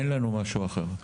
אין לנו משהו אחר.